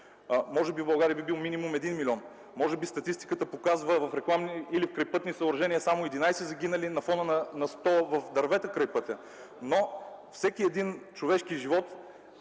може би в България би бил минимум 1 милион. Статистиката показва, че в рекламни или крайпътни съоръжения само 11 са загинали на фона на 100 в дървета край пътя, но всеки един човешки живот,